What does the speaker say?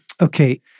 Okay